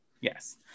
Yes